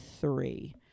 three